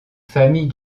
famille